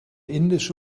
indische